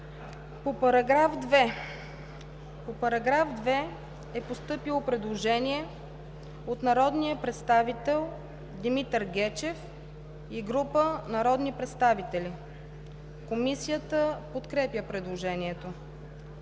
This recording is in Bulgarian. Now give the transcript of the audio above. ДОКЛАДЧИК ИРЕНА ДИМОВА: Предложение от народния представител Димитър Гечев и група народни представители. Комисията подкрепя предложението.